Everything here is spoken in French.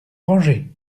rangé